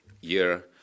year